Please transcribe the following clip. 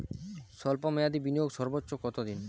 স্বল্প মেয়াদি বিনিয়োগ সর্বোচ্চ কত দিন?